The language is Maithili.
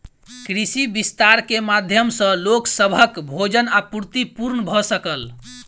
कृषि विस्तार के माध्यम सॅ लोक सभक भोजन आपूर्ति पूर्ण भ सकल